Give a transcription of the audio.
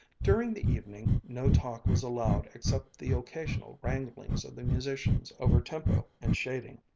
during the evening no talk was allowed except the occasional wranglings of the musicians over tempo and shading,